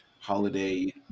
holiday